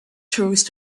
chose